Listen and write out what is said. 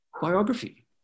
biography